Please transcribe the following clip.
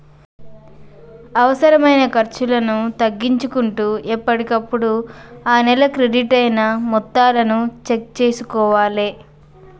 అనవసరమైన ఖర్చులను తగ్గించుకుంటూ ఎప్పటికప్పుడు ఆ నెల క్రెడిట్ అయిన మొత్తాలను చెక్ చేసుకోవాలే